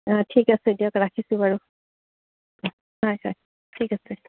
অঁ ঠিক আছে দিয়ক ৰাখিছোঁ বাৰু হয় হয় ঠিক আছে